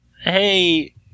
hey